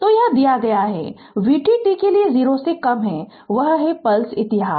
तो यह दिया गया है vt t के लिए 0 से कम है वह है पल्स इतिहास